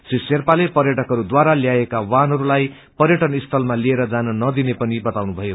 श्री शेप्पले पर्यअकहरूद्वारा ल्याइएका वाहनहरूलाई पर्यअन सीलामा लिएरर जान नदिने बताउनुभयो